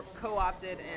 co-opted